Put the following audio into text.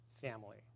family